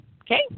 Okay